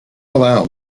allow